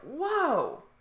whoa